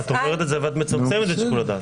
אבל את אומרת את זה ואת מצמצמת את שיקול הדעת.